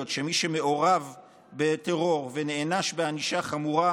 שמי שמעורב בטרור ונענש בענישה חמורה,